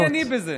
מה ענייני בזה?